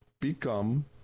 become